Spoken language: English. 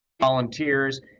volunteers